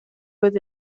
was